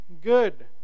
good